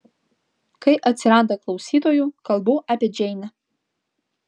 kai atsiranda klausytojų kalbu apie džeinę